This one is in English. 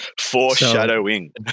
foreshadowing